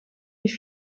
wie